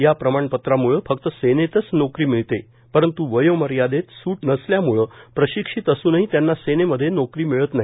या प्रमाणपत्रामुळे फक्त सेनेतच नोकरी मिळते परंत् वयोमर्यादेत अतिरिक्त सूट नसल्याम्ळे प्रशिक्षित असूनही त्यांना सेनेमध्ये नोकरी मिळत नाही